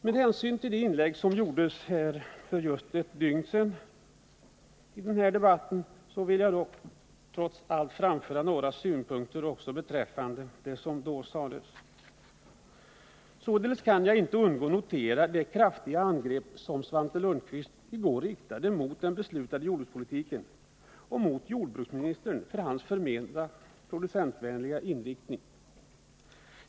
Med hänsyn till de inlägg som gjordes här i debatten för ett dygn sedan vill jag nu också framföra några synpunkter beträffande det som då sades. Således kan jag inte undgå att notera de kraftiga angrepp som Svante Lundkvist i går riktade mot den beslutade jordbrukspolitiken och mot jordbruksministern för hans förmenta producentvänliga inriktning.